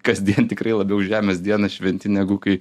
kasdien tikrai labiau žemės dieną šventi negu kai